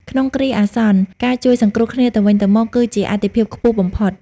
ក្នុងគ្រាអាសន្ន ការជួយសង្គ្រោះគ្នាទៅវិញទៅមកគឺជាអាទិភាពខ្ពស់បំផុត។